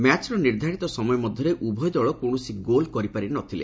ମ୍ୟାଚ୍ର ନିର୍ଦ୍ଧାରିତ ସମୟ ମଧ୍ଧରେ ଉଭୟ ଦଳ କୌଣସି ଗୋଲ କରିପାରି ନ ଥିଲେ